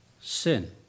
sin